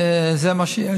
זה מה שיש.